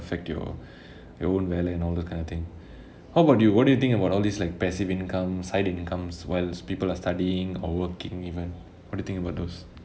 affect your your own வேலை:velai and all those kind of thing how about you what do you think about all these like passive income side incomes whilst people are studying or working even what do you think about those